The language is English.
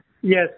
Yes